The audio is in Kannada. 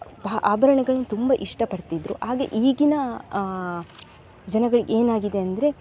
ಭಾ ಆಭರಣಗಳನ್ನು ತುಂಬ ಇಷ್ಟಪಡ್ತಿದ್ದರು ಆಗ ಈಗಿನ ಜನಗಳಿಗೆ ಏನಾಗಿದೆ ಅಂದರೆ